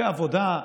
ועבודה,